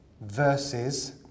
versus